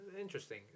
Interesting